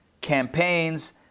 campaigns